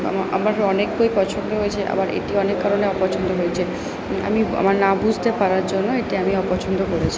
আমার অনেক বই পছন্দ হয়েছে আবার এটি অনেক কারণে অপছন্দ হয়েছে আমি আমার না বুঝতে পারার জন্য এটি আমি অপছন্দ করেছি